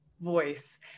voice